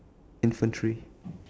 infantry